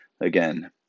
again